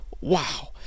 wow